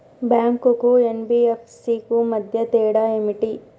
Bank కు NBFC కు మధ్య తేడా ఏమిటి?